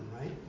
right